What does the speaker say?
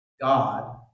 God